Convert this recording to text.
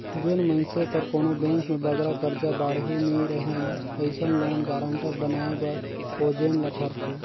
जेन मइनसे कर कोनो बेंक में बगरा करजा बाड़ही नी रहें अइसन लोन गारंटर बनाए बर खोजेन ल परथे